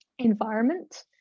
environment